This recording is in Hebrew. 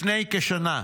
לפני כשנה.